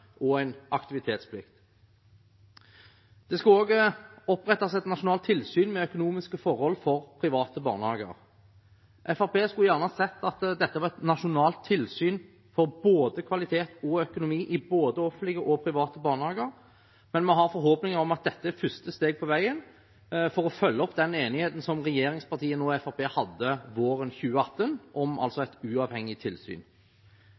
og en aktivitetsplikt. Det skal også opprettes et nasjonalt tilsyn med økonomiske forhold for private barnehager. Fremskrittspartiet skulle gjerne sett at dette var et nasjonalt tilsyn for både kvalitet og økonomi i både offentlige og private barnehager, men vi har forhåpninger om at dette er første steg på veien for å følge opp den enigheten som regjeringspartiene og Fremskrittspartiet hadde våren 2018 om et uavhengig tilsyn.